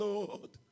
Lord